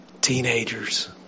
Teenagers